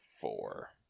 four